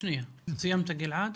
סיימת, גלעד?